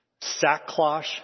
Sackcloth